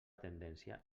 tendència